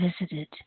visited